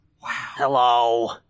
Hello